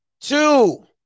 two